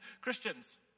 Christians